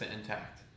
intact